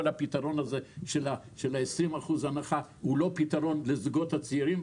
כל הפתרון הזה של ה-20% הנחה הוא לא פתרון לזוגות צעירים.